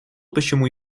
почему